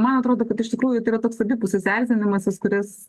man atrodo kad iš tikrųjų tai yra toks abipusis erzindamasis kuris